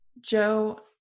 Joe